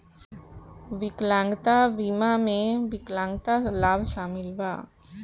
विकलांगता बीमा में विकलांगता लाभ शामिल बा